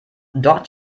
dort